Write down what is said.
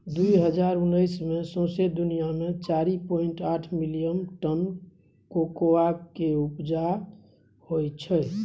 दु हजार उन्नैस मे सौंसे दुनियाँ मे चारि पाइंट आठ मिलियन टन कोकोआ केँ उपजा होइ छै